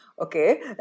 okay